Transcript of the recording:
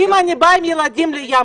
אם אני באה עם הילדים לים,